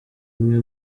imwe